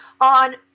on